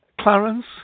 Clarence